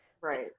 Right